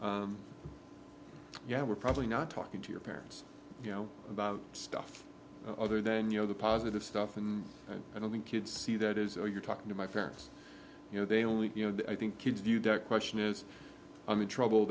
job yeah we're probably not talking to your parents you know about stuff other than you know the positive stuff and i don't think kids see that as you're talking to my parents you know they only you know i think kids view deck question is i'm in trouble